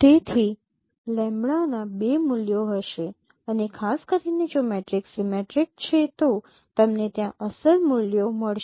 તેથી લેમ્બડાના બે મૂલ્યો હશે અને ખાસ કરીને જો મેટ્રિક્સ સિમેટ્રિક છે તો તમને ત્યાં અસલ મૂલ્યો મળશે